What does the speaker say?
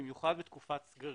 במיוחד בתקופת סגרים,